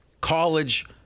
college